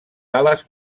ales